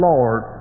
Lord